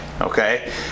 okay